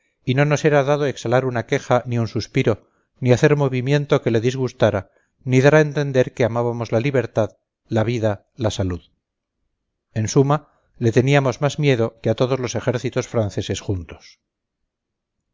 y no nos era dado exhalar una queja ni un suspiro ni hacer movimiento que le disgustara ni dar a entender que amábamos la libertad la vida la salud en suma le teníamos más miedo que a todos los ejércitos franceses juntos